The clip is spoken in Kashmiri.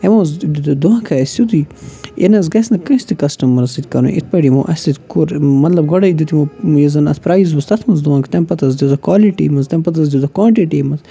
یِمو حظ دیُت یہِ دھوکَے اَسہِ سیوٚدُے یہِ نہٕ حظ گژھِ نہٕ کٲنٛسہِ تہِ کَسٹٕمَرَس سۭتۍ کَرُن یِتھ پٲٹھۍ یِمو اَسہِ سۭتۍ کوٚر مطلب گۄڈَے دیُت یِمو یُس زَن اَتھ پرٛایز اوس تَتھ منٛز دھوکہٕ تَمہِ پَتہٕ حظ دیُتُکھ کالِٹی منٛز تَمہِ پَتہٕ حظ دِتُکھ کانٹِٹی منٛز